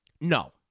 No